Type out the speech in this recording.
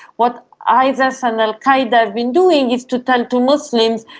what isis and al qaeda have been doing is to tell to muslims,